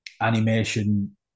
animation